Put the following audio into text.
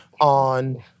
on